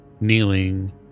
kneeling